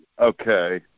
Okay